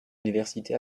université